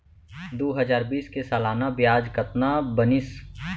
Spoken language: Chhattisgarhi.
दू हजार बीस के सालाना ब्याज कतना बनिस?